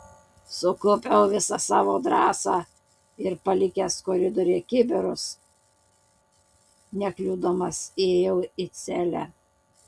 sukaupiau visą savo drąsą ir palikęs koridoriuje kibirus nekliudomas įėjau į celę